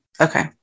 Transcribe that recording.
Okay